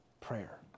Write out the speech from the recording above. prayer